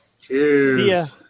Cheers